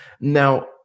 Now